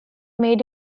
made